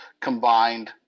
combined